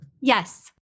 Yes